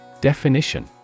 Definition